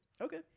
Okay